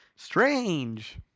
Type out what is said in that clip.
Strange